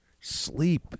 sleep